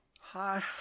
Hi